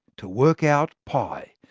to work out pi,